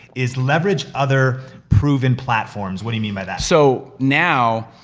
is leverage other proven platforms. what do you mean by that? so now,